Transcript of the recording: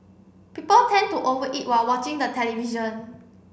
people tend to over eat while watching the television